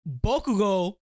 Bokugo